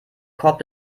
korb